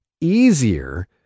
easier